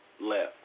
left